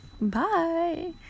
bye